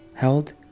held